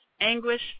anguish